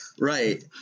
Right